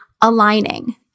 aligning